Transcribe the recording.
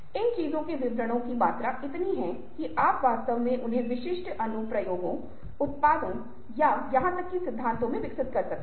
इन चीजों के विवरणों की मात्रा इतनी है कि आप वास्तव में उन्हें विशिष्ट अनुप्रयोगों उत्पादों या यहां तक कि सिद्धांतों में विकसित कर सकते हैं